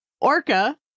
Orca